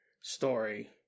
story